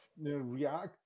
react